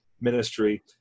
ministry